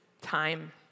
time